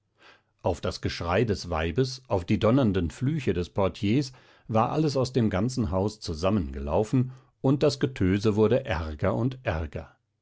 auf das geschrei des weibes auf die donnernden flüche des portiers war alles aus dem ganzen hause zusammengelaufen und das getöse wurde ärger und ärger